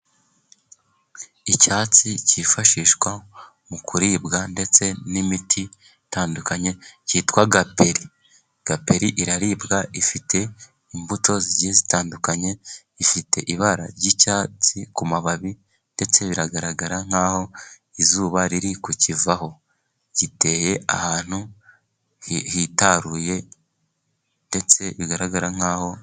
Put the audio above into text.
Icyatsi cyifashishwa mu kuribwa, ndetse n'imiti itandukanye, cyitwa gaperi. Gaperi iraribwa, ifite imbuto zigiye zitandukanye, ifite ibara ry'icyatsi ku mababi, ndetse biragaragara nk'aho izuba riri kukivaho, giteye ahantu hitaruye, ndetse bigaragara nk'aho..